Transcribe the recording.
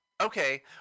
Okay